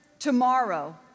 tomorrow